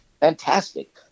fantastic